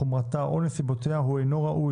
חומרתה או נסיבותיה הוא אינו ראוי,